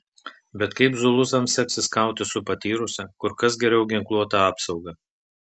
bet kaip zulusams seksis kautis su patyrusia kur kas geriau ginkluota apsauga